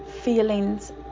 feelings